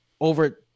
over